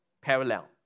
parallel